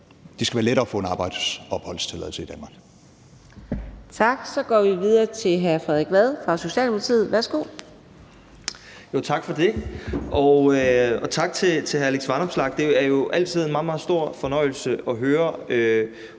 det skal være lettere at få en arbejdsopholdstilladelse i Danmark.